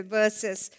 versus